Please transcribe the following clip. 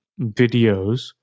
videos